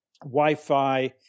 Wi-Fi